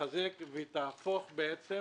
תתחזק והיא תהפוך בעצם